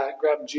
grab